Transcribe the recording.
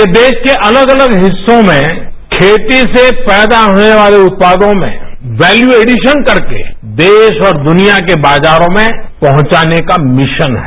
यह देश के अलग अलग हिस्सों में खंती से पैदा होने वाले उत्पादों में वैल्यू ऐडिशन कर के देश और दुनिया के बाजारों में पहुंचाने का मिशन है